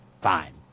fine